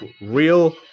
real